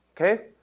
Okay